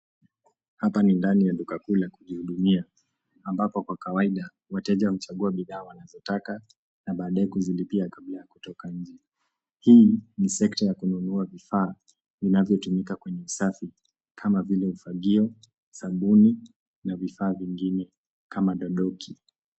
Hapa ni ndani ya duka kuu la kujihudumia, ambapo kwa kawaida, mteja huchagua bidhaa wanazotaka, na baadaye kuzilipia kabla ya kutoka nje, hii, ni sekta ya kununua vifaa, vinazotumika kwenye usafi, kama vile fagio, sabuni, na vifaa vingine, kama dodoki.